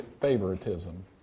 favoritism